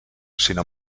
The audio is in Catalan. sinó